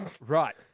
Right